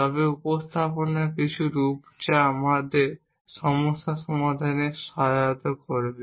তবে উপস্থাপনের কিছু রূপ যা আমাদের সমস্যা সমাধানে সহায়তা করবে